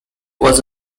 was